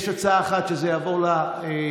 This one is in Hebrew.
יש הצעה אחת שזה יעבור לוועדה,